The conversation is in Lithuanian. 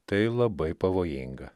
tai labai pavojinga